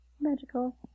Magical